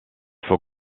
faut